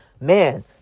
man